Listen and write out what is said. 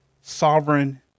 sovereign